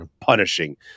punishing